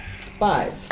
Five